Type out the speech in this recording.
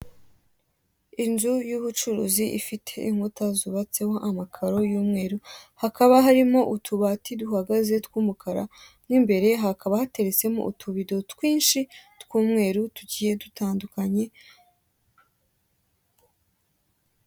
Inzu y'ubucuruzi ifite inkuta zubatseho amakaro y'umweru, hakaba harimo utubati duhagaze tw'umukara mo imbere hakaba hateretsemo utubido twinshi tw'umweru tugiye dutandukanye.